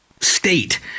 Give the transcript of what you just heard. state